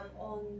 on